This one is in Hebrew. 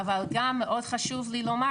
אבל גם מאוד חשוב לי לומר,